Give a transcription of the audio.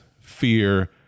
fear